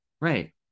Right